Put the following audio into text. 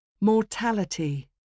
Mortality